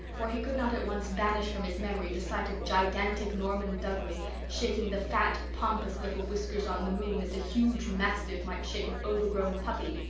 for he could not at once banish from his memory the sight of gigantic norman douglas shaking the fat, pompous little whiskers-on-the-moon as a huge mastiff might shake an overgrown puppy.